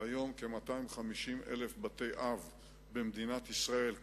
והיום כ-250,000 בתי-אב במדינת ישראל,